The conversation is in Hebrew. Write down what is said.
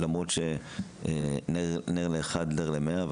למרות שנר לאחד נר למאה,